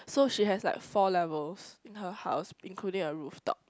so she has like four levels in her house including a roof top